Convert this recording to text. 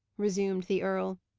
resumed the earl.